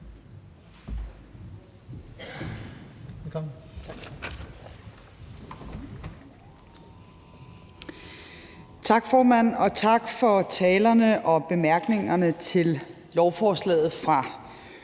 Tak, formand, og tak for talerne og bemærkningerne fra ordførerne til